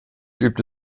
übte